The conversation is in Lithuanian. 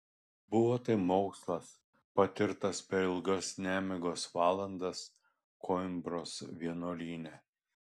buvo tai mokslas patirtas per ilgas nemigos valandas koimbros vienuolyne